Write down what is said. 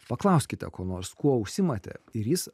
paklauskite ko nors kuo užsiimate ir jis